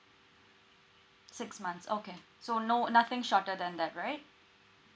six months okay so no nothing shorter than that right